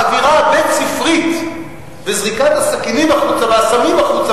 האווירה הבית-ספרית וזריקת הסכינים החוצה והסמים החוצה